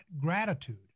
Gratitude